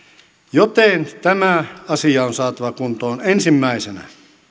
joten tämä asia on saatava kuntoon ensimmäisenä